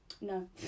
no